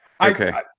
Okay